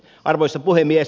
arvoisa puhemies